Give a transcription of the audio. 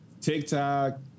tiktok